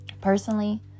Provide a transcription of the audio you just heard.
personally